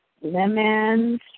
lemons